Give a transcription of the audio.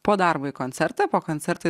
po darbo į koncertą po koncerto